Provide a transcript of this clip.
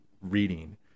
reading